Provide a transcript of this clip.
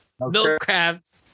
Milkcraft